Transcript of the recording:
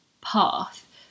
path